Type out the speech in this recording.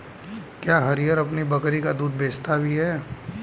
क्या हरिहर अपनी बकरी का दूध बेचता भी है?